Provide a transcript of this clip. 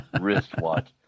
wristwatch